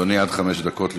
אדוני, עד חמש דקות לרשותך.